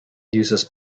uses